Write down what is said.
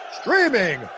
Streaming